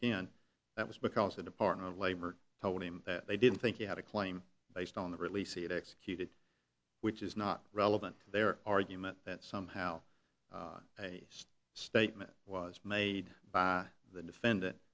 again that was because the department of labor told him that they didn't think you had a claim based on the really see it executed which is not relevant to their argument that somehow a statement was made by the defendant